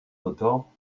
autant